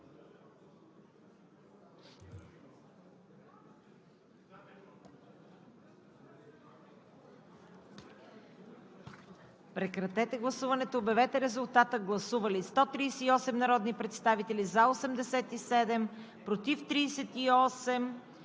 прекратете гласуването и обявете резултата. Гласували 148 народни представители: за 112, против 11,